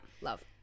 Love